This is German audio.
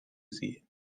sie